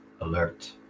alert